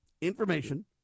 information